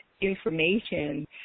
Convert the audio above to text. information